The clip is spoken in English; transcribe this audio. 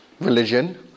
religion